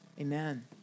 Amen